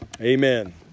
Amen